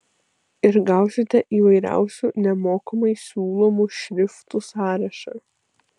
ir gausite įvairiausių nemokamai siūlomų šriftų sąrašą